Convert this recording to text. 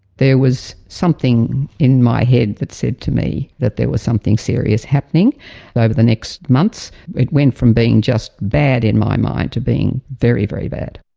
there was something in my head that said to me that there was something serious happening. over the next months it went from being just bad in my mind to being very, very bad.